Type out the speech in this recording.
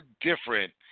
different